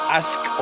ask